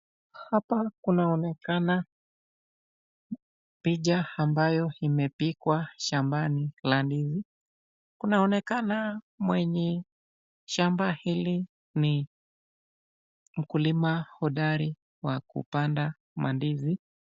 Hapa kunaonekana picha ambayo imepigwa shambani la ndizi, kunaonekana mwenye shamba hili ni mkulima hodari wa kupanda mandizi.